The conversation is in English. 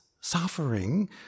suffering